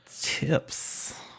tips